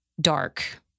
dark